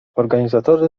organizatorzy